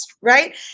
right